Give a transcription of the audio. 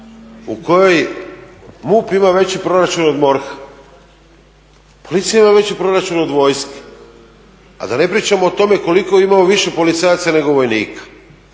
u kojoj MUP ima veći proračun od MORH-a, policija ima veći proračun od vojske. A da ne pričamo o tome koliko više imamo policajaca nego vojnika.